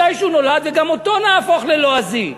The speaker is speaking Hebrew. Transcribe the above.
וגם אותו נהפוך ללועזי.